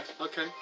Okay